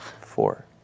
Four